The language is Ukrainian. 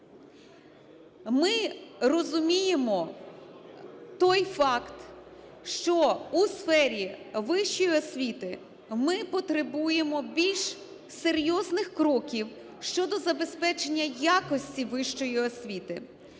ми розуміємо той факт, що у сфері вищої освіти ми потребуємо більш серйозних кроків щодо забезпечення якості вищої освіти.